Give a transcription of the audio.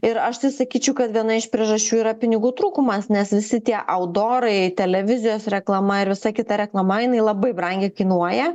ir aš tai sakyčiau kad viena iš priežasčių yra pinigų trūkumas nes visi tie audorai televizijos reklama ir visa kita reklama jinai labai brangiai kainuoja